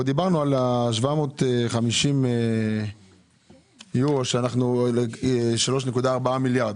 אנחנו דיברנו על ה-750 יורו, 3.4 מיליארד.